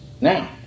now